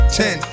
ten